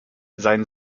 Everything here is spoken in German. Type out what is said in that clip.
sein